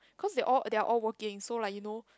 cause they all they are all working so like you know